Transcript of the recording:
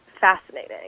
fascinating